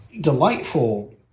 delightful